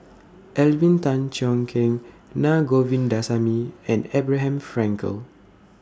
Alvin Tan Cheong Kheng Naa Govindasamy and Abraham Frankel